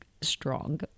strong